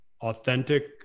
authentic